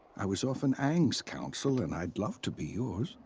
i was often aang's council and i'd love to be yours.